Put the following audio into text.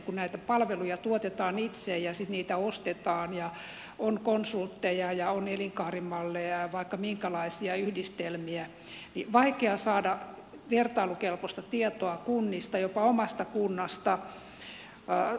kun näitä palveluja tuotetaan itse ja sitten niitä ostetaan ja on konsultteja ja on elinkaarimalleja ja on vaikka minkälaisia yhdistelmiä niin on vaikea saada vertailukelpoista tietoa kunnista jopa omasta kunnasta